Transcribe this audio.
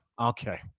okay